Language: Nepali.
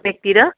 लेकतिर